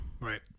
Right